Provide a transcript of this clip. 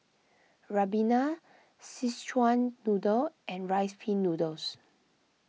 Ribena Szechuan Noodle and Rice Pin Noodles